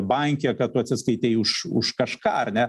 banke kad tu atsiskaitei už už kažką ar ne